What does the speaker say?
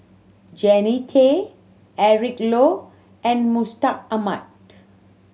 Jannie Tay Eric Low and Mustaq Ahmad